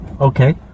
okay